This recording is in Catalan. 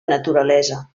naturalesa